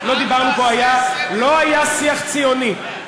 לא היה שיח ציוני.